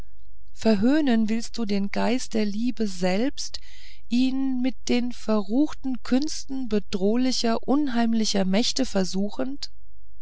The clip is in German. verhöhnen willst du den geist der liebe selbst ihn mit den verruchten künsten bedrohlicher unheimlicher mächte versuchend